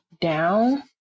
down